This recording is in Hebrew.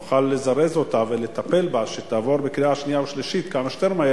נוכל לזרז אותה ולטפל בה כדי שתעבור בקריאה שנייה ושלישית במהרה,